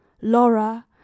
laura